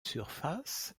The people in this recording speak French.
surface